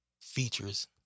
features